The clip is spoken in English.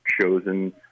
chosen